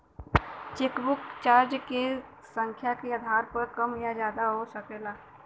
chequebook क charge cheque क संख्या के आधार पर कम या ज्यादा हो सकला